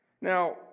Now